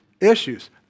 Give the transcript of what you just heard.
issues